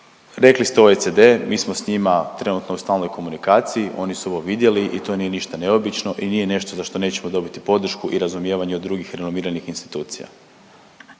Rekli ste OECD, mi smo s njima trenutno u stalnoj komunikaciji, oni su ovo vidjeli i to nije ništa neobično i nije nešto za što nećemo dobiti podršku i razumijevanje od drugih renomiranih institucija.